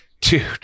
Dude